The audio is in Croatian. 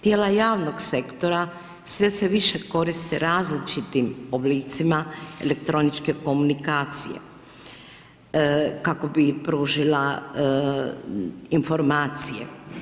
Tijela javnog sektora sve se više koriste različitim oblicima elektroničke komunikacije kako bi pružila informacije.